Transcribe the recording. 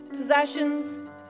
possessions